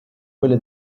quella